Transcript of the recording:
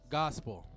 gospel